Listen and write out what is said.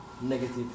negative